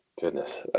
goodness